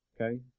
Okay